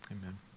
Amen